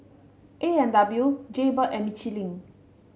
A and W Jaybird and Michelin